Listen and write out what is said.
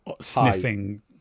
sniffing